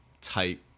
type